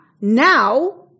now